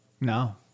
No